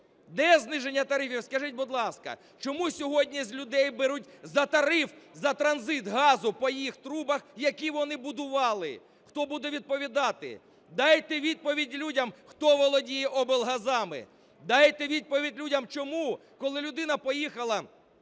Де зниження тарифів, скажіть, будь ласка? Чому сьогодні з людей беруть за тариф, за транзит газу по їх трубах, які вони будували, хто буде відповідати? Дайте відповідь людям, хто володіє облгазами. Дайте відповідь людям, чому, коли людина поїхала